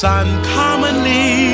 uncommonly